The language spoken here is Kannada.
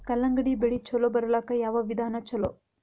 ಕಲ್ಲಂಗಡಿ ಬೆಳಿ ಚಲೋ ಬರಲಾಕ ಯಾವ ವಿಧಾನ ಚಲೋ?